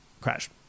crash